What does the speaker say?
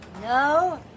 No